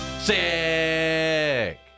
sick